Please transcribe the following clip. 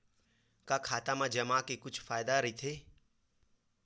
का खाता मा जमा के कुछु फ़ायदा राइथे?